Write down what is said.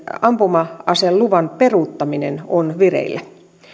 ampuma aseluvan peruuttaminen on vireillä